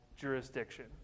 jurisdiction